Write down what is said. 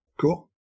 cool